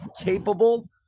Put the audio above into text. capable